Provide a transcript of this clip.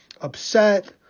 upset